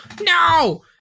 no